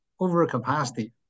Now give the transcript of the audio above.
overcapacity